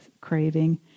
craving